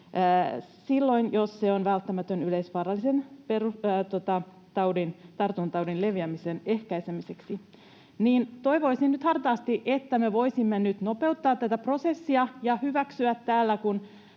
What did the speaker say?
jos se on välttämätön yleisvaarallisen tartuntataudin leviämisen ehkäisemiseksi. Toivoisin hartaasti, että me voisimme nyt nopeuttaa tätä prosessia ja hyväksyä täällä